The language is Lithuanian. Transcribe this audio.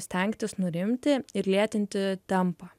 stengtis nurimti ir lėtinti tempą